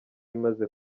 imaze